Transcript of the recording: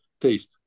taste